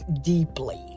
deeply